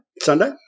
Sunday